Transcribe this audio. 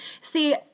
See